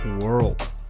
world